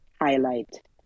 highlight